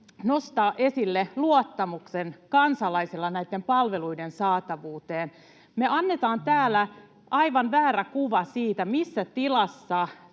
nostaa esille kansalaisten luottamuksen näitten palveluiden saatavuuteen. Me annetaan täällä aivan väärä kuva siitä, missä tilassa